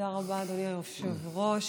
תודה רבה, אדוני היושב-ראש.